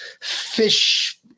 fish